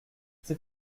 c’est